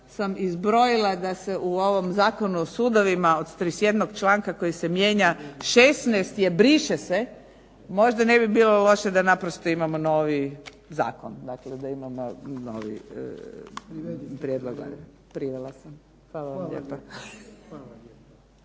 sam izbrojila da se u ovom Zakonu o sudovima od 31-og članka koji se mijenja 16 se briše, možda ne bi bilo loše da naprosto imamo novi zakon, dakle da imamo novi prijedlog …/Govornica se ne razumije./… Hvala vam lijepa.